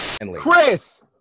Chris